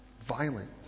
violent